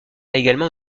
également